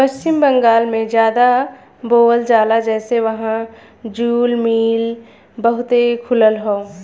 पश्चिम बंगाल में जादा बोवल जाला जेसे वहां जूल मिल बहुते खुलल हौ